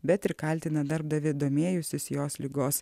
bet ir kaltina darbdavį domėjusis jos ligos